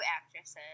actresses